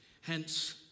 Hence